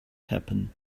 happen